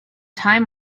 time